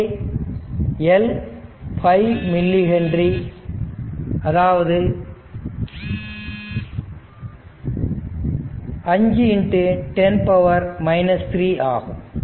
இங்கே L 5 millihenry அதாவது 5 10 3 ஆகும்